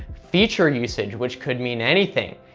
feature usage which could mean anything,